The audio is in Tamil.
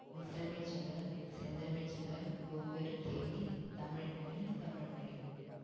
முத்தமிழ்செல்வன் செந்தமிழ்செல்வன் கோப்பெருந்தேவி தமிழ்கனி தமிழ்மொழி